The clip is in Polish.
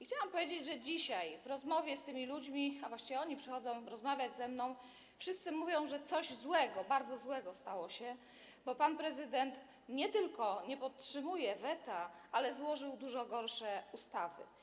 Chciałam powiedzieć, że dzisiaj, gdy rozmawiam z tymi ludźmi, a właściwie to oni przychodzą rozmawiać ze mną, wszyscy mówią, że coś złego, bardzo złego się stało, bo pan prezydent nie tylko nie podtrzymuje weta, ale złożył dużo gorsze ustawy.